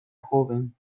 joven